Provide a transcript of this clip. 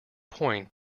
point